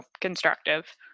constructive